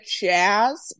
jazz